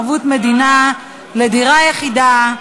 ערבות מדינה לדירה יחידה).